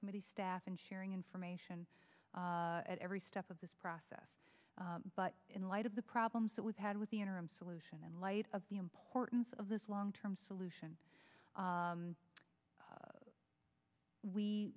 committee staff and sharing information at every step of this process but in light of the problems that we've had with the interim solution in light of the importance of this long term solution